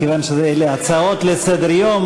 מכיוון שאלו הצעות לסדר-יום,